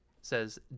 says